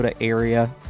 area